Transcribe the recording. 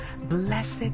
Blessed